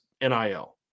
NIL